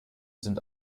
sind